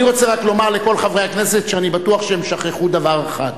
אני רק רוצה לומר לכל חברי הכנסת שאני בטוח שהם שכחו דבר אחד: